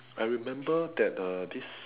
I remember that uh this